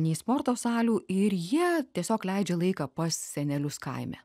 nei sporto salių ir jie tiesiog leidžia laiką pas senelius kaime